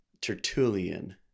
Tertullian